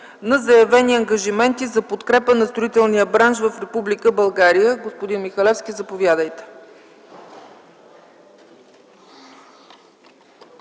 на заявени ангажименти за подкрепа на строителния бранш в Република България. Господин Михалевски, заповядайте.